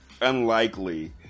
unlikely